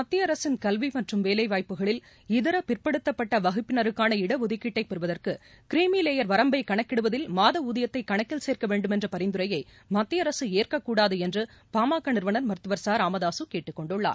மத்திய அரசின் கல்வி மற்றும் வேலைவாய்ப்பகளில் இதர பிற்படுத்தப்பட்ட வகுப்பினருக்கான இடஒதுக்கீட்டை பெறுவதற்கு கிரிமி லேயர் வரம்பை கணக்கிடுவதில் மாத ஊதியத்தை கணக்கில் சேர்க்க வேண்டுமென்ற பரிந்துரையை மத்திய அரசு ஏற்கக்கூடாது என்று பாமக நிறுவனர் மருத்துவர் ச ராமதாசு கேட்டுக் கொண்டுள்ளார்